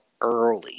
early